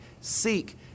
seek